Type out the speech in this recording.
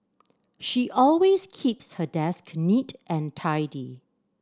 she always keeps her desk neat and tidy